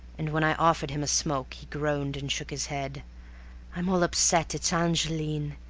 and when i offered him a smoke he groaned and shook his head i'm all upset it's angeline.